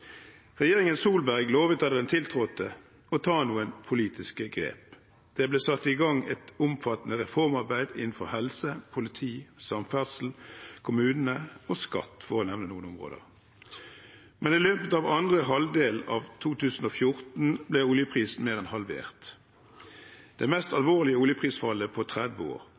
Regjeringen Solberg lovet da den tiltrådte, å ta noen politiske grep. Det ble satt i gang et omfattende reformarbeid innenfor helse, politi, samferdsel, kommunene og skatt, for å nevne noen områder. Men i løpet av andre halvdel av 2014 ble oljeprisen mer enn halvert – det mest alvorlige oljeprisfallet på 30 år.